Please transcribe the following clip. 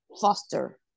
foster